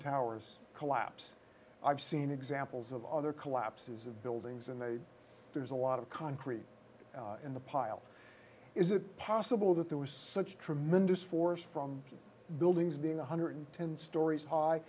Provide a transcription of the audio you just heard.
towers collapse i've seen examples of other collapses of buildings in the there's a lot of concrete in the pile is it possible that there was such tremendous force from buildings being one hundred ten stories high